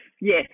Yes